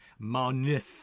Marnith